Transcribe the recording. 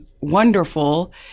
wonderful